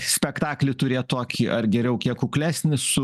spektaklį turėt tokį ar geriau kiek kuklesnį su